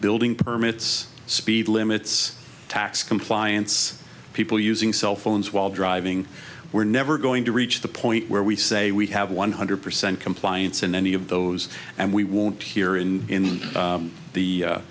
building permits speed limits tax compliance people using cell phones while driving we're never going to reach the point where we say we have one hundred percent compliance in any of those and we won't here in